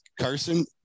Carson